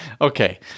okay